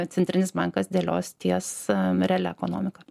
centrinis bankas dėlios ties realia ekonomika